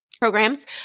programs